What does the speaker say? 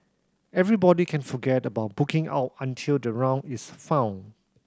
everybody can forget about booking out until the round is found